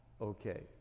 okay